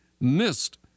missed